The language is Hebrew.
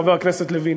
חבר הכנסת לוין,